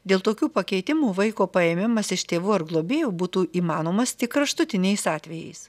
dėl tokių pakeitimų vaiko paėmimas iš tėvų ar globėjų būtų įmanomas tik kraštutiniais atvejais